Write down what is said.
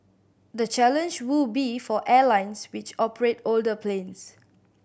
the challenge will be for airlines which operate older planes